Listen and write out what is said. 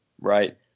right